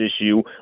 issue